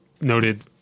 noted